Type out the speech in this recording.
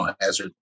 hazard